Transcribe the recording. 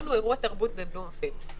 אפשרנו אירוע תרבות בבלומפילד.